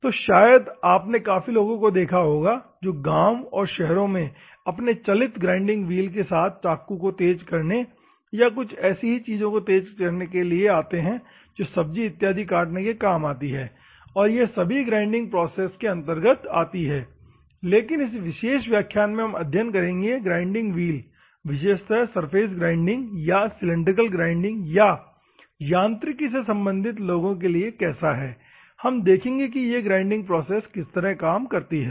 तो शायद आपने काफी लोगों को देखा होगा जो गांव और शहरों में अपने चलित ग्राइंडिंग व्हील के साथ चाकू को तेज करने या कुछ ऐसी ही चीजों को तेज करने के आते है जो सब्जी इत्यादि काटने के काम आती है और यह सभी ग्राइंडिंग प्रोसेस के अंतर्गत आती है लेकिन इस विशेष व्याख्यान में हम अध्ययन करेंगे कि ग्राइंडिंग व्हील विशेषत सरफेस ग्राइंडिंग या सिलिंड्रिकल ग्राइंडिंग या यांत्रिकी से संबंधित लोगों के लिए कैसा है हम देखेंगे कि ये ग्राइंडिंग प्रोसेस किस तरह काम करती है